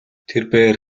тэрбээр